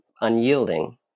unyielding